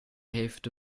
hälfte